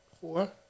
Four